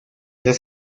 las